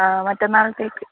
ആ മറ്റന്നാളത്തേക്ക്